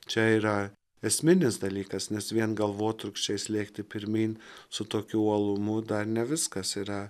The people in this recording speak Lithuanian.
čia yra esminis dalykas nes vien galvotrūkčiais lėkti pirmyn su tokiu uolumu dar ne viskas yra